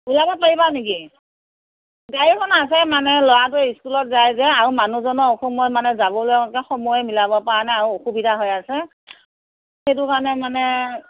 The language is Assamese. ওলাব পাৰিবা নেকি গাড়ীখন আছে মানে ল'ৰাটোৱে স্কুলত যায় যে আৰু মানুহজনৰ অসুখ মই মানে যাবলৈকে সময়ে মিলাব পৰা নাই আৰু অসুবিধা হৈ আছে সেইটো কাৰণে মানে